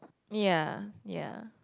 ya ya